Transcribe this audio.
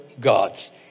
God's